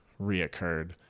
reoccurred